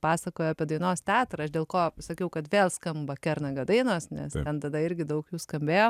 pasakojo apie dainos teatrą aš dėl ko pasakiau kad vėl skamba kernagio dainos nes ten tada irgi daug jų skambėjo